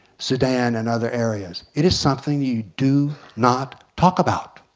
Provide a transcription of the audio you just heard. sedan and other areas. it is something you do not talk about.